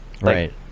Right